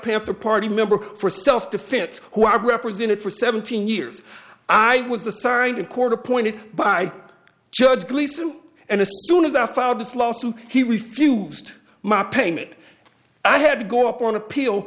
panther party member for self defense who i represented for seventeen years i was assigned a court appointed by judge gleason and as soon as i filed this lawsuit he refused my payment i had to go up on appeal